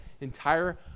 entire